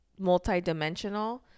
multidimensional